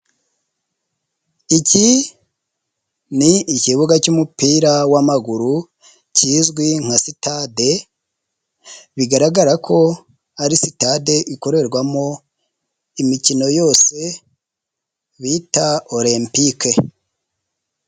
Iki ni ikibuga cy'umupira w'amaguru kizwi nka sitade bigaragara ko ari sitade ikorerwamo imikino yose bita olempike.